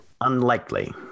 Unlikely